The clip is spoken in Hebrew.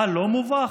אתה לא מובך?